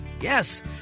Yes